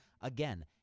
Again